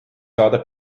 saada